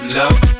love